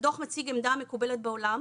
--- הדו"ח מציג עמדה המקובלת בעולם